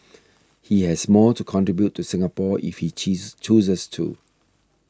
he has more to contribute to Singapore if he cheese chooses to